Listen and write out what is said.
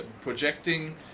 Projecting